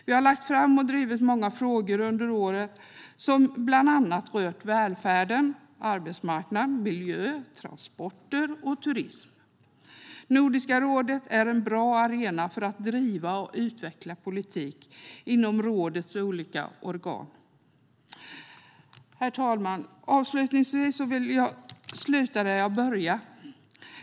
Vi har lagt fram och drivit många frågor under året som bland annat rört välfärden, arbetsmarknaden, miljö, transporter och turism. Nordiska rådet är en bra arena för att driva och utveckla politik inom rådets olika organ. Herr talman! Jag vill avslutningsvis sluta där jag började.